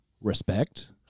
respect